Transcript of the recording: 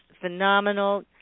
phenomenal